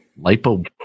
Lipo